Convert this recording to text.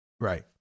Right